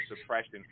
suppression